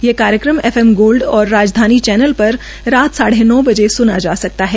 ये कार्यक्रम FM gold और राजधानी चैनल पर रात साढ़े नौ बजे सुना जा सकता है